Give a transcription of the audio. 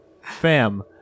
Fam